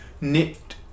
knit